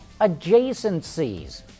adjacencies